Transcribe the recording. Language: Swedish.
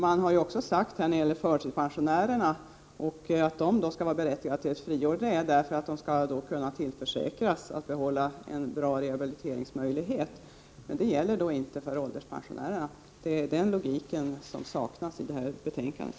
Man har ju också när det gäller förtidspensionärerna sagt att de skall vara berättigade till ett friår därför att de skall kunna tillförsäkras en bra rehabiliteringsmöjlighet. Men det gäller då inte för ålderspensionärerna. Det är i det avseendet som logiken saknas i det här betänkandet.